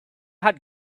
had